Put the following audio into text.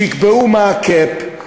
שיקבעו מה ה-cap,